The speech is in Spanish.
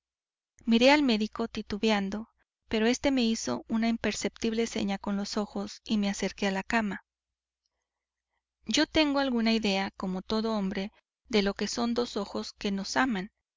miré al médico titubeando pero éste me hizo una imperceptible seña con los ojos y me acerqué a la cama yo tengo alguna idea como todo hombre de lo que son dos ojos que nos aman